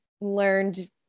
learned